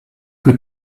que